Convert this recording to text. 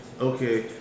Okay